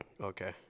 Okay